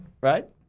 right